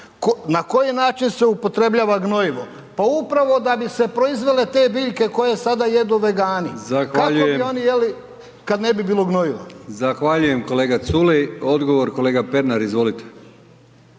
Na koji način se upotrebljava gnojivo? Pa upravo da bi se proizvele te biljke koje sada jedu vegani. .../Upadica: Zahvaljujem./... kako bi oni jeli kad ne bi bilo gnojiva? **Brkić, Milijan (HDZ)** Zahvaljujem kolega Culej. Odgovor, kolega Pernar, izvolite.